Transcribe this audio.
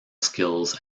skills